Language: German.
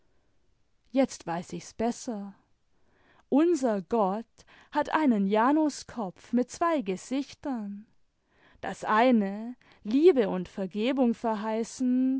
jetzt weiß ich's besser unser gott hat einen janusköpf mit zwei gesichtern das eine liebe und vergebung verheißend